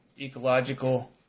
Ecological